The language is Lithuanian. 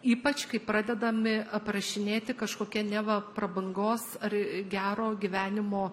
ypač kai pradedami aprašinėti kažkokie neva prabangos ar gero gyvenimo